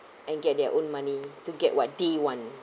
and get their own money to get what they want